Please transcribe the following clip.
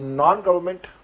non-government